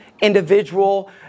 individual